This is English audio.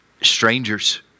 strangers